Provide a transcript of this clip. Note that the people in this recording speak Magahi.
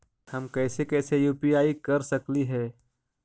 हम कैसे कैसे यु.पी.आई कर सकली हे?